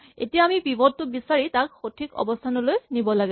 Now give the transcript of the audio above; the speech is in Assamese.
এতিয়া আমি পিভট টো বিচাৰি তাক সঠিক অৱস্হানলৈ নিব লাগে